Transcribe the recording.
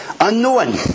Unknown